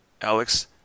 Alex